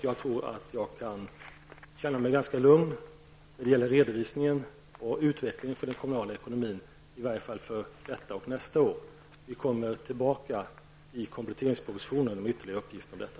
Jag tror att jag kan känna mig ganska lugn när det gäller redovisningen och utvecklingen av den kommunala ekonomin, i varje fall vad gäller detta och nästa år. Vi återkommer i kompletteringspropositionen med ytterligare uppgifter om detta.